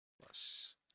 Plus